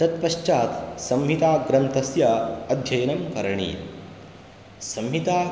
तत्पश्चात् संहिताग्रन्थस्य अध्ययनं करणीयं संहिता